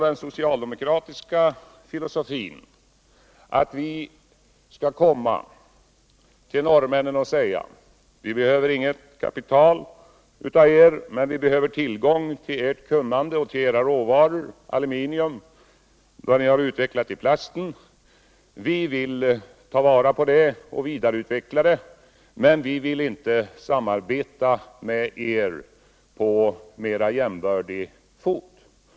Den socialdemokratiska filosofin är tydligen den att vi skulle komma till norrmännen och säga: Vi behöver inget kapital av er, men vi behöver tillgång till era råvaror och ert kunnande, t.ex. ert aluminium och vad ni har utvecklat inom plastindustrin. Vi vill ta vara på det och vidareutveckla det, men vi vill inte samarbeta med er på mera jämbördig fot.